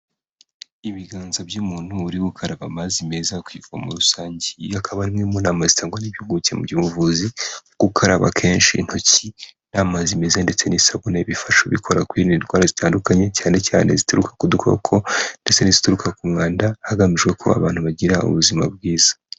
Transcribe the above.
Ibiganza by'umuntu uri gukaraba amazi meza kwivomo rusange iyo akaba ari imwe mu nama zitangwa n'impuguke mu byubuvuzi gukaraba kenshi intoki n'amazi meza ndetse n'isabune bifasha ubikora kwirinda indwara zitandukanye cyane cyane zituruka ku dukoko ndetse n'izituruka ku mwanda hagamijwe ko abantu bagira ubuzima bwiza.